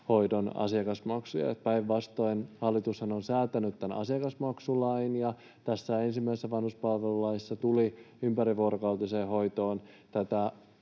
asiakasmaksuja? Päinvastoin, hallitushan on säätänyt asiakasmaksulain. Ensimmäisessä vanhuspalvelulaissa tuli ympärivuorokautiseen hoitoon